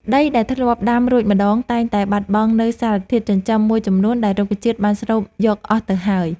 ដីដែលធ្លាប់ដាំរួចម្តងតែងតែបាត់បង់នូវសារធាតុចិញ្ចឹមមួយចំនួនដែលរុក្ខជាតិបានស្រូបយកអស់ទៅហើយ។